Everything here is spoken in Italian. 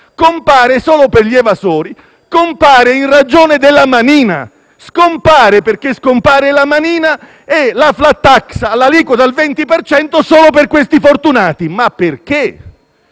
solo per gli evasori, compare in ragione della manina e scompare perché scompare la manina; la *flat tax*, con l'aliquota al 20 per cento solo per questi fortunati. Ma perché?